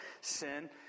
sin